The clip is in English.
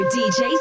dj